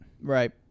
Right